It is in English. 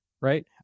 right